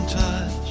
touch